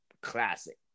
classic